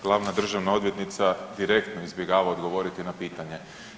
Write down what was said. Glavna državna odvjetnica direktno izbjegava odgovoriti na pitanje.